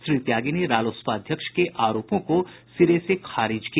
श्री त्यागी ने रालोसपा अध्यक्ष के आरोपों को सिरे से खारिज किया